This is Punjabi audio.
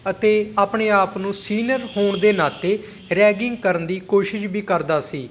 ਅਤੇ ਆਪਣੇ ਆਪ ਨੂੰ ਸੀਨੀਅਰ ਹੋਣ ਦੇ ਨਾਤੇ ਰੈਗਿੰਗ ਕਰਨ ਦੀ ਕੋਸ਼ਿਸ਼ ਵੀ ਕਰਦਾ ਸੀ